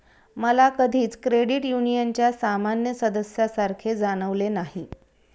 मला कधीच क्रेडिट युनियनच्या सामान्य सदस्यासारखे जाणवले नाही